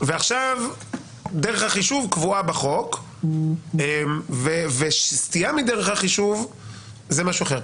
ועכשיו דרך החישוב קבועה בחוק וסטייה מדרך החישוב זה משהו אחר.